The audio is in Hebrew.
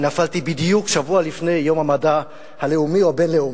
ונפלתי בדיוק שבוע לפני יום המדע הלאומי או הבין-לאומי,